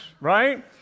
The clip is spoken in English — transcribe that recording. right